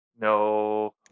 No